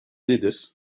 nedir